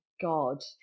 god